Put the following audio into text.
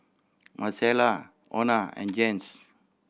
Marcella Ona and Jens